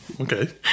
Okay